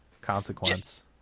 Consequence